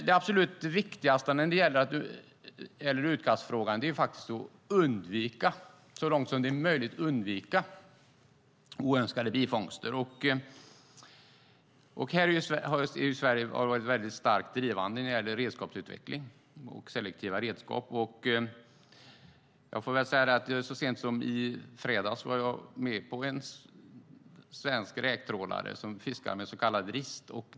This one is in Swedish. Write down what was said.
Det absolut viktigaste i utkastfrågan är att så långt som möjligt undvika oönskade bifångster. Här har Sverige varit starkt drivande när det gäller utvecklingen av selektiva redskap. Så sent som i fredags var jag med på en svensk räktrålare som fiskar med så kallade rist.